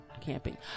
camping